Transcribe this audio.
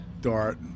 Dart